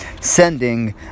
sending